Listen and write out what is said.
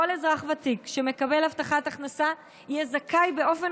כל אזרח ותיק שמקבל הבטחת הכנסה יהיה זכאי באופן